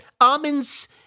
Almonds